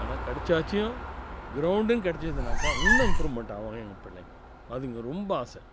ஆனால் கிடைச்சாச்சும் க்ரௌண்டுன்னு கிடச்சிதுன்னாக்கா இன்னும் இம்ப்ரூவ்மெண்டாகவும் எங்கள் பிள்ளைங்கள் அதுங்க ரொம்ப ஆசை